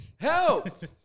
Help